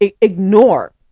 ignore